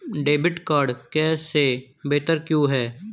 Debit card cash से बेहतर क्यों है?